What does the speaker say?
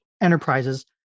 enterprises